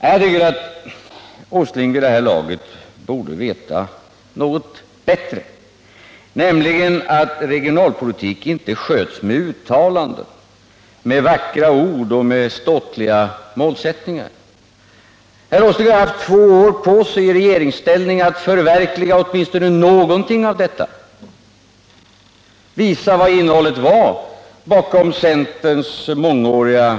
Jag tycker att Nils Åsling vid det här laget borde veta bättre, nämligen att regionalpolitiken inte sköts med uttalanden eller med vackra ord och med ståtliga målsättningar. Nils Åsling har haft två år på sig i regeringsställning för att förverkliga åtminstone någonting av detta, att visa vad innehållet var bakom centerns mångåriga